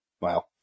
Wow